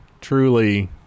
truly